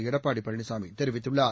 எடப்பாடி பழனிசாமி தெரிவித்துள்ளார்